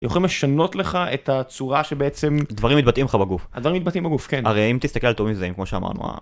יכולים לשנות לך את הצורה שבעצם. דברים מתבטאים לך בגוף. הדברים מתבטאים בגוף, כן. הרי אם תסתכל על תאומים זהים כמו שאמרנו ה...